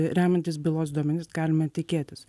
remiantis bylos duomenimis galima tikėtis